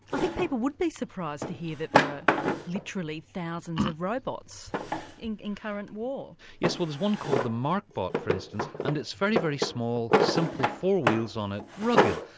i think people would be surprised to hear that there are literally thousands of robots in in current war. yes, well there's one called the markbot for instance and it's very, very small, simple, four wheels on it, rugged,